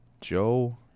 Joe